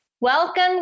Welcome